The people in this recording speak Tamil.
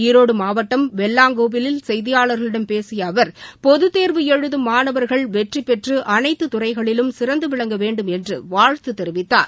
ஈரோடு மாவட்டம் வெள்ளாங்கோவிலில் செய்தியாளர்களிடம் பேசிய அவர் பொதுத் தேர்வு எழுதும் மாணவர்கள் வெற்றி பெற்று அனைத்து துறைகளிலும் சிறந்து விளங்க வேண்டும் என்று வாழ்த்து தெரிவித்தார்